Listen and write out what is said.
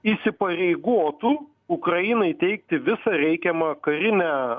įsipareigotų ukrainai teikti visą reikiamą karinę